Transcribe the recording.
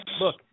look